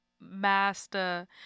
Master